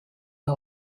der